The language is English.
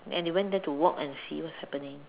and they went there to walk and see what's happening